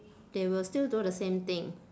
they will still do the same thing